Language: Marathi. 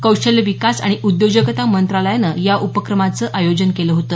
कौशल्य विकास आणि उद्योजकता मंत्रालयानं या उपक्रमाचं आयोजन केलं होते